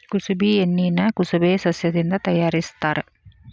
ಕುಸಬಿ ಎಣ್ಣಿನಾ ಕುಸಬೆ ಸಸ್ಯದಿಂದ ತಯಾರಿಸತ್ತಾರ